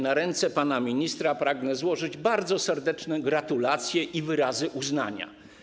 Na ręce pana ministra pragnę złożyć bardzo serdeczne gratulacje i wyrazy uznania.